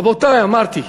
רבותי, אמרתי,